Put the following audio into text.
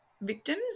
victims